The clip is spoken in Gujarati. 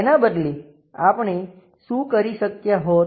તેના બદલે આપણે શું કરી શક્યા હોત